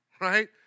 right